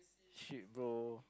shit bro